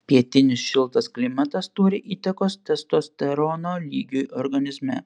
pietinis šiltas klimatas turi įtakos testosterono lygiui organizme